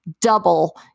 double